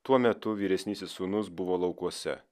tuo metu vyresnysis sūnus buvo laukuose